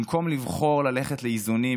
במקום לבחור ללכת לאיזונים,